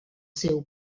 seu